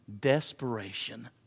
Desperation